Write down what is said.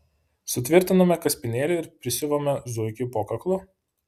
sutvirtiname kaspinėlį ir prisiuvame zuikiui po kaklu